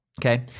Okay